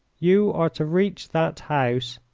you are to reach that house,